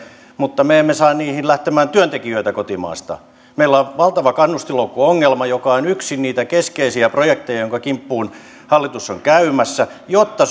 mutta me emme saa niihin lähtemään työntekijöitä kotimaasta meillä on valtava kannustinloukkuongelma joka on yksi niitä keskeisiä projekteja joiden kimppuun hallitus on käymässä jotta